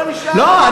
לא,